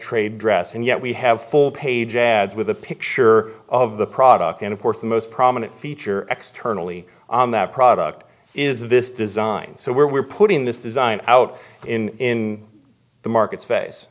trade dress and yet we have full page ads with a picture of the product and of course the most prominent feature x turn only on that product is this design so we're putting this design out in the markets face